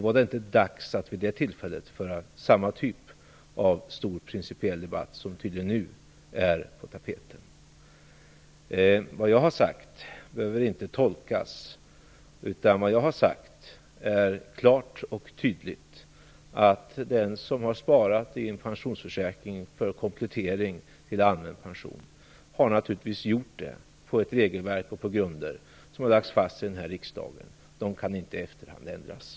Vid det tillfället var det inte dags att föra samma typ av stor principiell debatt som tydligen är på tapeten nu. Det jag har sagt behöver inte tolkas. Jag har klart och tydligt sagt att den som har sparat i en pensionsförsäkring som en komplettering till allmän pension naturligtvis har gjort det på ett regelverk och på grunder som har lagts fast av den här riksdagen. De kan inte ändras i efterhand.